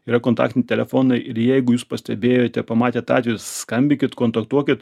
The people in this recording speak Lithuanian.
yra kontaktiniai telefonai ir jeigu jūs pastebėjote pamatėt atvejus skambinkit kontaktuokit